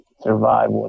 survive